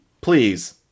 Please